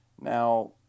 Now